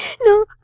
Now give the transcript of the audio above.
No